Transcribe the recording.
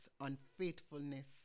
unfaithfulness